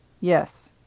Yes